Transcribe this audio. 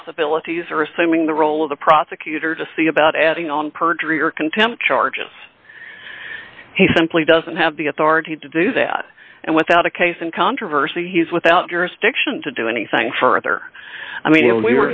possibilities or assuming the role of the prosecutor to see about adding on perjury or contempt charges he simply doesn't have the authority to do that and without a case and controversy he is without jurisdiction to do anything further i mean